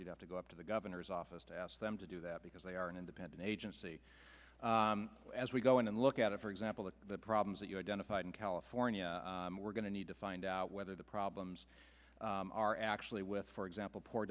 you have to go up to the governor's office to ask them to do that because they are an independent agency as we go in and look at it for example the problems that you identified in california we're going to need to find out whether the problems are actually with for example poor